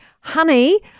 Honey